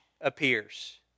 appears